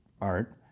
art